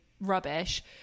rubbish